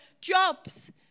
jobs